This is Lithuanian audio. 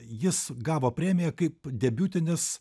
jis gavo premiją kaip debiutinis